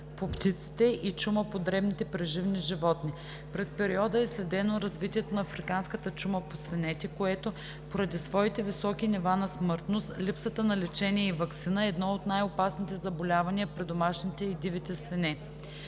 по птиците и чума по дребните преживни животни. През периода е следено развитието на африканската чума по свинете, което поради своите високи нива на смъртност, липсата на лечение и ваксина е едно от най-опасните заболявания при домашните и дивите свине.